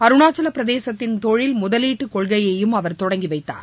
அருணாச்சலப் பிரதேசத்தின் தொழில் முதலீட்டுக் கொள்கையையும் அவர் தொடங்கி வைத்தார்